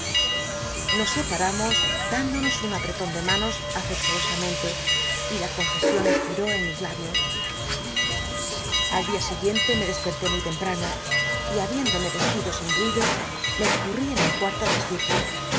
nos scparamos dándonos un apr eton de manos afectuosamente y la confcsion espió en mis la bios al dia siguiente me desperté muy temprano y eslido sin ruido me escurí en el habiéndome y cuarto de slccrforth se